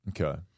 Okay